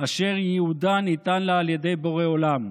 אשר ייעודה ניתן לה על ידי בורא עולם.